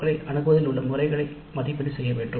க்களை அணுகுவதில் உள்ள முறைகளை மதிப்பிட வேண்டும்